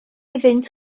iddynt